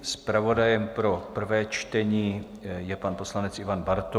Zpravodajem pro prvé čtení je pan poslanec Ivan Bartoš.